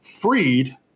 freed